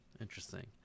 Interesting